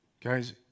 Guys